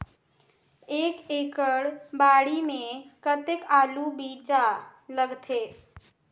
एक एकड़ बाड़ी मे कतेक आलू बीजा लगथे?